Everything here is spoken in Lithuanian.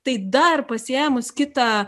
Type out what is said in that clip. tai dar pasiėmus kitą